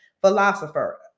philosopher